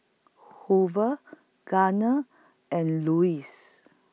Hoover Gardner and Louis